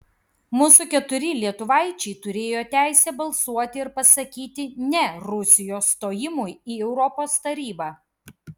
mūsų keturi lietuvaičiai turėjo teisę balsuoti ir pasakyti ne rusijos stojimui į europos tarybą